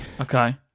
Okay